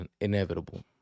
inevitable